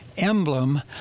Emblem